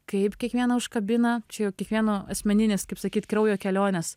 kaip kiekvieną užkabina čia jau kiekvieno asmeninės kaip sakyt kraujo kelionės